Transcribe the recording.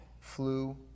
flu